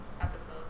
episodes